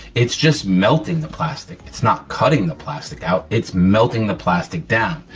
it's just melting the plastic, it's not cutting the plastic out, it's melting the plastic down,